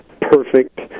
perfect